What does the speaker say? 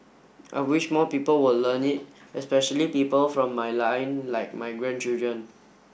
I wish more people will learn it especially people from my line like my grandchildren